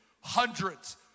hundreds